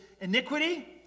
iniquity